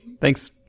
Thanks